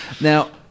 Now